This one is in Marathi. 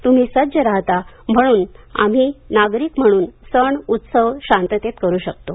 त्म्ही सज्ज राहता म्हणून आम्ही नागरिक म्हणून सण उत्सव शांततेत करू शकतो